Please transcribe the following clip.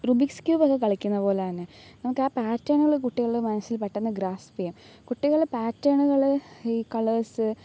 റുബിസ്ക്യൂബൊക്കെ കളിക്കുന്ന പോലെ തന്നെ നമുക്ക് ആ പാറ്റേണ് കുട്ടികളുടെ മനസ്സില് പെട്ടെന്ന് ഗ്രാസ്പ് ചെയ്യും കുട്ടികള് പാറ്റേണ്കള് ഈ കളേഴ്സ്